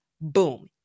Boom